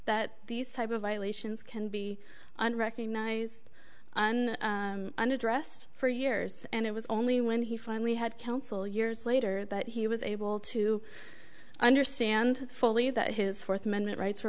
that these type of violations can be unrecognized and underdressed for years and it was only when he finally had counsel years later that he was able to understand fully that his fourth amendment rights were